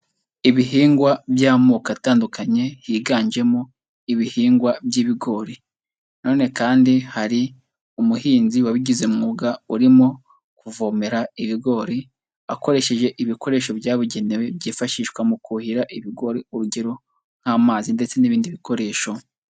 Ibihingwa by'amoko atandukanye higanjemo ibihingwa by'ibigori, nanone kandi hari umuhinzi wabigize umwuga urimo kuvomera ibigori, akoresheje ibikoresho byabugenewe byifashishwa mu kuhira ibigori urugero nk'amazi ndetse n'ibindi bikoresho.